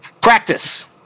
Practice